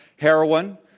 heroin,